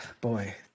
Boy